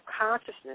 consciousness